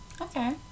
Okay